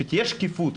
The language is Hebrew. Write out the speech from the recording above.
שתהיה שקיפות,